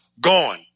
gone